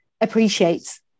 appreciates